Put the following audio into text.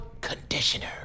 Conditioner